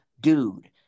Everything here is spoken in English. dude